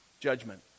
judgment